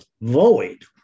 void